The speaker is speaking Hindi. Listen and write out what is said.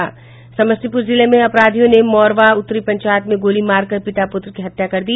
समस्तीपूर जिले में अपराधियों ने मौरवा उत्तरी पंचायत में गोली मारकर पिता पुत्र की हत्या कर दी